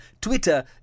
Twitter